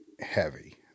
heavy